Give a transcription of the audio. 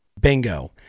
Bingo